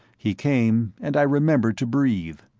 he came, and i remembered to breathe.